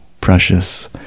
precious